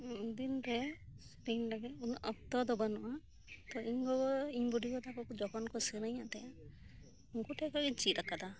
ᱩᱱᱫᱤᱱ ᱨᱮ ᱛᱮᱦᱮᱸᱧ ᱞᱟᱹᱜᱤᱫ ᱚᱠᱛᱚ ᱫᱚ ᱵᱟᱱᱩᱜᱼᱟ ᱛᱚ ᱤᱧ ᱜᱚᱜᱚ ᱤᱧ ᱵᱩᱰᱤᱜᱚ ᱛᱟᱠᱚ ᱡᱚᱠᱷᱚᱱ ᱠᱚ ᱥᱮᱹᱨᱮᱹᱧ ᱮᱫ ᱛᱟᱦᱮᱸ ᱩᱱᱠᱩ ᱴᱷᱮᱱ ᱠᱷᱚᱱ ᱜᱤᱧ ᱪᱮᱫ ᱟᱠᱟᱫᱟ